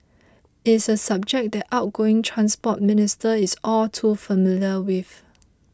it's a subject the outgoing Transport Minister is all too familiar with